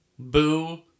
Boo